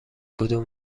کدوم